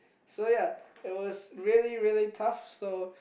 so ya it was really really tough so